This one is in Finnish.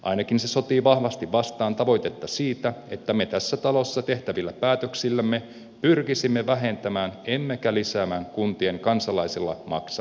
ainakin se sotii vahvasti vastaan tavoitetta siitä että me tässä talossa tehtävillä päätöksillämme pyrkisimme vähentämään emmekä lisäämään kuntien kansalaisilla maksattamia kustannuksia